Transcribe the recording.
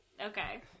Okay